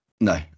No